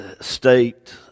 state